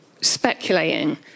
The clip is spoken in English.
speculating